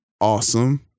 awesome